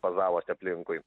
bazavosi aplinkui